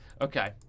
Okay